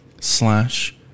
slash